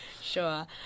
Sure